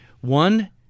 One